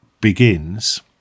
begins